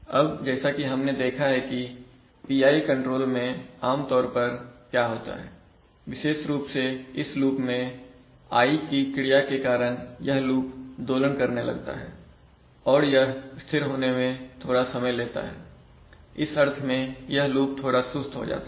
अब जैसा कि हमने देखा है कि PI कंट्रोल में आमतौर पर क्या होता हैविशेष रुप से इस लूप में I की क्रिया के कारण यह लूप दोलन करने लगता है और यह स्थिर होने में थोड़ा समय लेता है इस अर्थ में यह लूप थोड़ा सुस्त हो जाता है